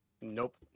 Nope